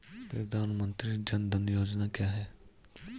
प्रधानमंत्री जन धन योजना क्या है?